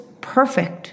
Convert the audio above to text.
perfect